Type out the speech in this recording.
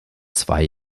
zwei